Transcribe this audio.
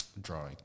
drawing